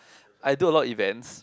I do a lot events